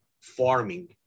farming